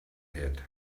had